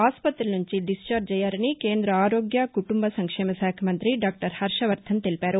ఆసుపత్రుల నుంచి దిశ్చార్జి అయ్యారని కేంద ఆరోగ్య కుటుంబ సంక్షేమశాఖ మంతి దాక్షర్ హర్వవర్ణన్ తెలిపారు